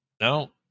No